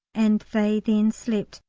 and they then slept.